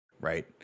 Right